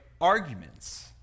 arguments